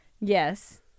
Yes